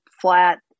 flat